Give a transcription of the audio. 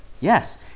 yes